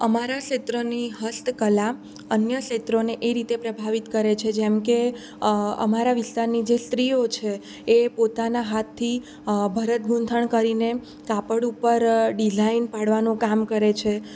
અમારા ક્ષેત્રની હસ્તકલા અન્ય ક્ષેત્રોને એ રીતે પ્રભાવિત કરે છે જેમ કે અમારા વિસ્તારની જે સ્ત્રીઓ છે એ પોતાના હાથથી ભરત ગૂંથણ કરીને કાપડ ઉપર ડિઝાઇન પાડવાનું કામ કરે છે